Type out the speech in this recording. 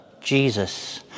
Jesus